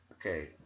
okay